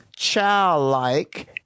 Childlike